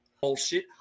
bullshit